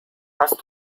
hast